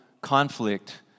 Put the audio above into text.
conflict